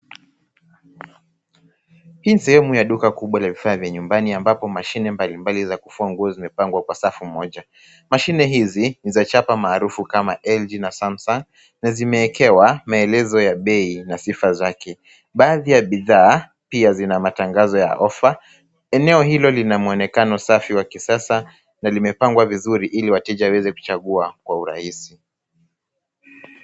Hii sehemu ya duka kubwa la vifaa vya nyumbani ambapo mashini mbalimbali za kufua nguo zimepangwa kwa safu moja. Mashine hizi ni za chapa maarufu kama[ LG] na [Samsung ]na zimewekewa maelezo ya bei na sifa zake. Baadhi ya bidhaa pia zina matangazo ya [offer]. Eneo hilo lina muonekano safi wa kisasa na limepangwa vizuri ili wateja waweze kuchagua kwa urahisi.